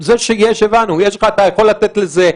זה שיש הבנו, אבל אתה יכול לתת לזה,